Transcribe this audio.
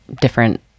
different